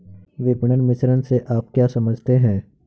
विपणन मिश्रण से आप क्या समझते हैं?